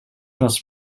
was